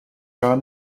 gar